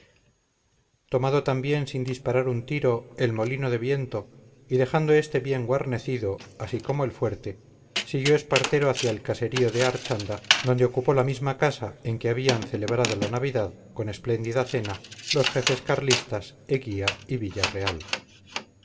tomado también sin disparar un tiro el molino de viento y dejando este bien guarnecido así como el fuerte siguió espartero hacia el caserío de archanda donde ocupó la misma casa en que habían celebrado la navidad con espléndida cena los jefes carlistas eguía y villarreal